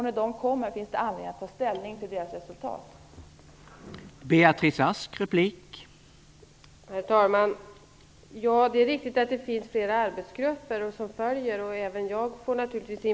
När de kommer finns det anledning att ta ställning till resultaten därav.